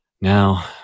Now